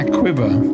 quiver